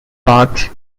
parkes